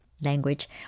language